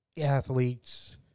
athletes